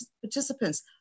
participants